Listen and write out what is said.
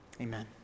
amen